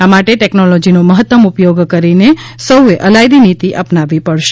આ માટે ટેકનોલોજીનો મહત્તમ ઉપયોગ કરીને આપણે સૌએ અલાયદી નીતિ અપનાવવી પડશે